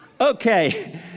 Okay